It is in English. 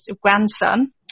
grandson